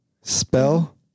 Spell